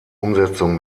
umsetzung